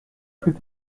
plus